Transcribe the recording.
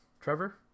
Trevor